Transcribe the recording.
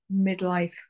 midlife